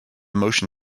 motion